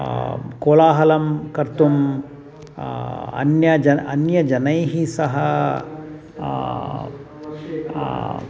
कोलाहलं कर्तुम् अन्यजन अन्यजनैः सह